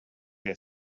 der